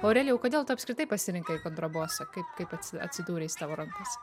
aurelijau kodėl tu apskritai pasirinkai kontrabosą kaip kaip atsidūrė jis tavo rankose